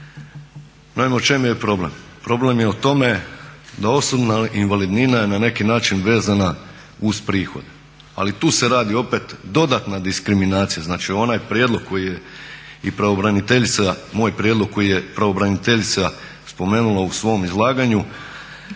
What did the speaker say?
Naime, u čemu je problem? Problem je u tome da osobna invalidnina je na neki način vezana uz prihode, ali tu se radi opet dodatna diskriminacija, znači onaj prijedlog koji je i pravobraniteljica, moj prijedlog koji je pravobraniteljica spomenula u svom izlaganju